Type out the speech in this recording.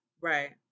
Right